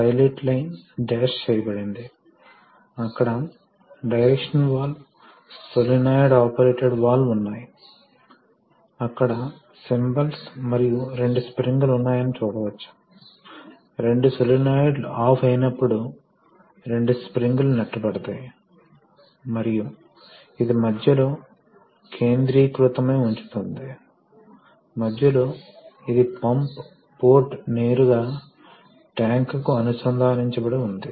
hydraulic ద్రవం ఏమి చేస్తుంది కాబట్టి హైడ్రాలిక్ ద్రవం లూబ్రికేట్ చేస్తుంది చల్లబరుస్తుంది మరియు కలుషితాన్ని తొలగిస్తుంది అక్కడ నేను ప్రస్తావించని ఒక పాయింట్ ఉంది అది రంధ్రాలను మూసి వేస్తుంది ఆయిల్ యొక్క విస్కాసిటీ కారణంగా ఇక్కడ ద్రవం ఈ లిక్విడ్ ఫిల్మ్ సీల్ వలే సమర్థవంతంగా మూసివేయబడతాయి